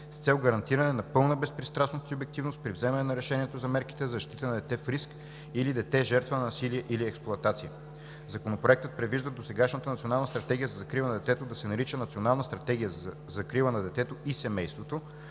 с цел гарантиране на пълна безпристрастност и обективност при вземане на решението за мерките за защита на дете в риск или дете – жертва на насилие или експлоатация. Законопроектът предвижда досегашната Национална стратегия за закрила на детето да се нарича Национална стратегия за закрила на детето и семейството,